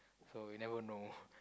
so we never know